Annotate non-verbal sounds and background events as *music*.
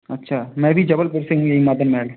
अच्छा मैं भी जबलपुर से ही *unintelligible*